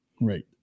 right